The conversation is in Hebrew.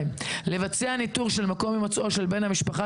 (2)לבצע ניטור של מקום הימצאו של בן המשפחה